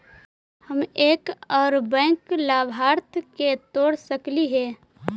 हम एक और बैंक लाभार्थी के जोड़ सकली हे?